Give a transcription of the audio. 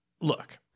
Look